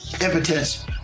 impotence